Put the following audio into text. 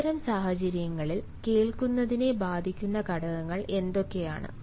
അത്തരം സാഹചര്യങ്ങളിൽ കേൾക്കുന്നതിനെ ബാധിക്കുന്ന ഘടകങ്ങൾ എന്തൊക്കെയാണ്